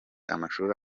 amashuri